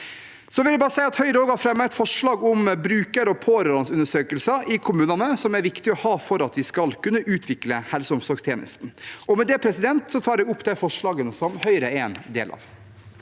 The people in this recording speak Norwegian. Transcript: Høyre har fremmet et forslag om bruker- og pårørendeundersøkelser i kommunene, som er viktige å ha for at vi skal kunne utvikle helse- og omsorgstjenesten. Med det tar jeg opp det forslaget som Høyre er en del av.